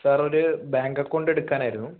sir ഒരു bank account എടുക്കാൻ ആയിരുന്നു